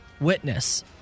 Witness